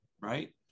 Right